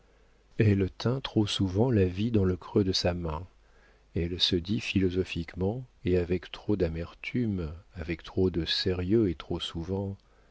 elle tint trop souvent la vie dans le creux de sa main elle se dit philosophiquement et avec trop d'amertume avec trop de sérieux et trop souvent